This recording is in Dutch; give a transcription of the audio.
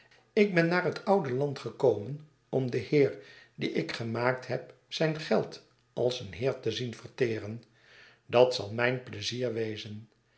ik ben naar het oude land gekomen om den heer dien ik gemaakt heb zijn geld als een heer te zien verteren dat zal mijn pleizier wezen